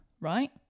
right